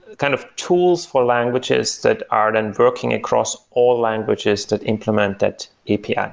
kind of tools for languages that are then working across all languages that implement that api. yeah